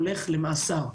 הולך למאסר.